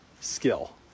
skill